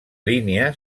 línia